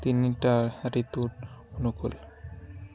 তিনিটা ঋতুৰ অনূকূল